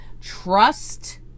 Trust